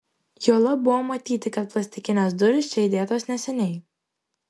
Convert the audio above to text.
juolab buvo matyti kad plastikinės durys čia įdėtos neseniai